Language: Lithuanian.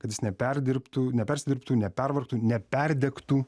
kad jis neperdirbtų nepersidirbtų nepervargtų neperdegtų